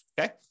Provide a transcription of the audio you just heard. Okay